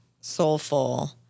soulful